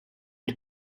did